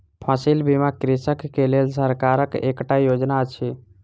फसिल बीमा कृषक के लेल सरकारक एकटा योजना अछि